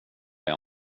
jag